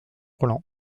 rolland